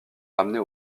ramener